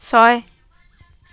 ছয়